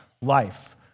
life